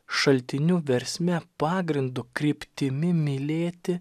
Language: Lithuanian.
šaltiniu versme pagrindu kryptimi mylėti